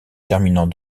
terminant